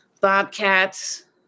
bobcats